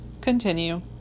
continue